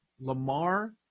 Lamar